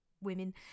women